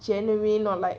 genuine or like